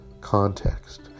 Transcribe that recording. context